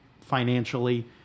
financially